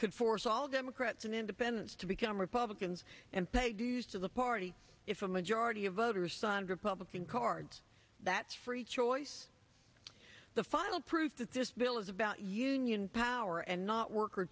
could force all democrats and independents to become republicans and pay dues to the party if a majority of voters sondra public and cards that free choice the final proof that this bill is about union power and not work or